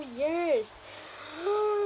years